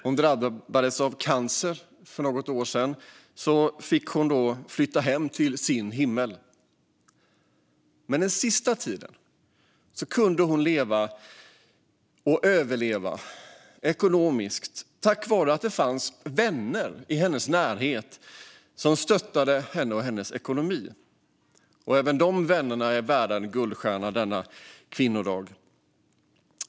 Hon drabbades av cancer för något år sedan och fick flytta hem till sin himmel. Men den sista tiden kunde hon leva och överleva ekonomiskt tack vare att vänner i hennes närhet stöttade henne och hennes ekonomi. Även de är värda en guldstjärna denna kvinnodag.